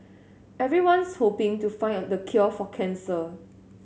everyone's hoping to find a the cure for cancer